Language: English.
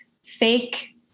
fake